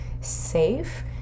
safe